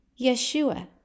Yeshua